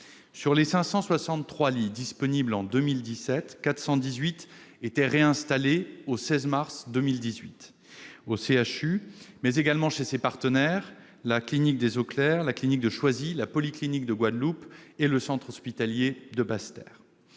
Sur les 563 lits disponibles en 2017, 418 étaient réinstallés au 16 mars 2018, au CHU, mais également chez ses partenaires : la clinique des Eaux-Claires, la clinique de Choisy, la polyclinique de Guadeloupe et le centre hospitalier de Basse-Terre.